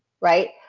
right